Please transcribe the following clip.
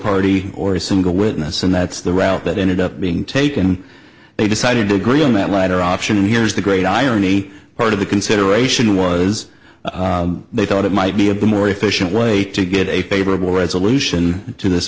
party or a single witness and that's the route that ended up being taken they decided to agree on that latter option and here's the great irony part of the consideration was they thought it might be a bit more efficient way to get a favorable resolution to this